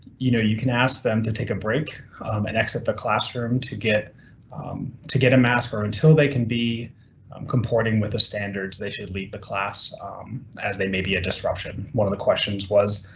you know you can ask them to take a break and exit the classroom to get to get a mask or until they can be comporting with the standards they should leave the class as they may be a disruption. one of the questions was,